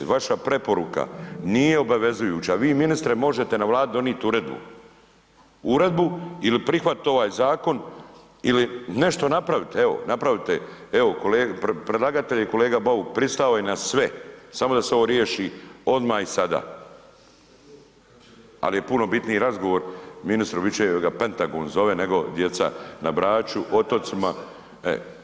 Vaša preporuka nije obavezujuća, vi ministre možete na Vladi donit uredbu, uredbu ili prihvatit ovaj zakon ili nešto napravite evo, napravite evo predlagatelj i kolega Bauk pristao je na sve samo da se ovo riješi odma i sada, ali je puno bitniji razgovor ministru bit će da ga Pentagon zove nego djeca na Braču, otocima.